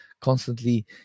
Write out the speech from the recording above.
constantly